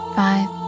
five